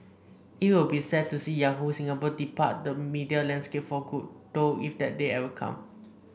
it will be sad to see Yahoo Singapore depart the media landscape for good though if that day ever come